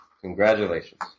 congratulations